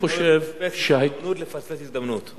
לא מפספס הזדמנות לפספס הזדמנות.